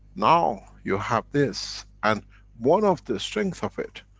now you have this. and one of the strengths of it,